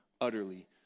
utterly